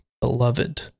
beloved